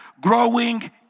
growing